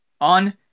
on